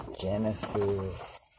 Genesis